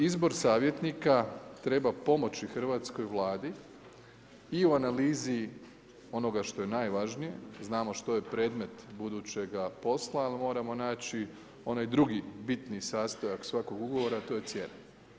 Izbor savjetnika treba pomoći hrvatskoj Vladi i u analizi onoga što je najvažnije, znamo što je predmet budućega posla ali moramo naći onaj drugi, bitniji sastojak svakog ugovora a to je cijena.